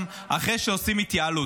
אחרי שעושים התייעלות.